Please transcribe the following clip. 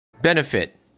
benefit